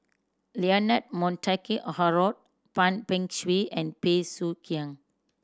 Leonard Montague Harrod Tan Beng Swee and Bey Soo Khiang